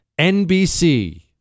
NBC